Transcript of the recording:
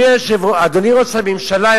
אדוני ראש הממשלה,